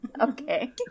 Okay